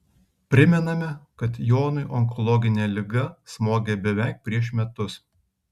primename kad jonui onkologinė liga smogė beveik prieš metus